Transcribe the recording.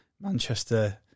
Manchester